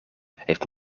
heeft